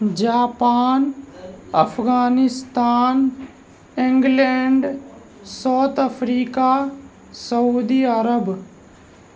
Japan Afghanistan England South Africa سعودی عرب